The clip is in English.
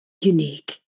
unique